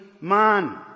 man